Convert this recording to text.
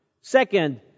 Second